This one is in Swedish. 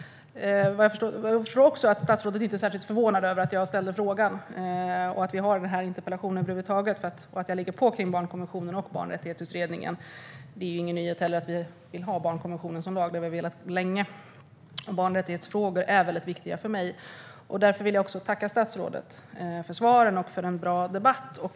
Vad jag förstår är statsrådet inte särskilt förvånad över att jag tog upp frågan, att vi har den här interpellationsdebatten över huvud taget och att jag ligger på i frågan om barnkonventionen och barnrättighetsutredningen. Det är heller ingen nyhet att vi vill ha barnkonventionen som lag; det har vi velat länge. Barnrättighetsfrågor är mycket viktiga för mig. Därför vill jag tacka statsrådet för svaren och för en bra debatt.